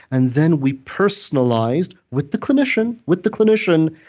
and then we personalized with the clinician, with the clinician,